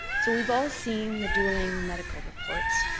so we've all seen the dueling medical reports.